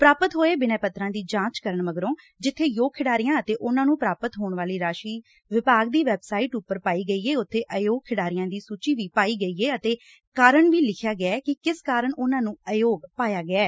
ਪ੍ਰਾਪਤ ਹੋਏ ਬਿਨੈ ਪੱਤਰਾਂ ਦੀ ਜਾਂਚ ਕਰਨ ਮਗਰੋ ਜਿੱਥੇ ਯੋਗ ਖਿਡਾਰੀਆਂ ਅਤੇ ਉਨਾਂ ਨੂੰ ਪ੍ਰਾਪਤ ਹੋਣ ਵਾਲੀ ਰਾਸ਼ੀ ਵਿਭਾਗ ਦੀ ਵੈਬਸਾਈਟ ਉਪਰ ਪਾਈ ਗਈ ਏ ਉਬੇ ਅਯੋਗ ਖਿਡਾਰੀਆਂ ਦੀ ਸੁਚੀ ਵੀ ਪਾਈ ਗਈ ਏ ਅਤੇ ਕਾਰਨ ਵੀ ਲਿਖਿਐ ਕਿ ਕਿਸ ਕਾਰਨ ਉਸ ਨੂੰ ਅਯੋਗ ਪਾਇਆ ਗਿਐ